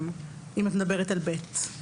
אם את מדברת על (ב).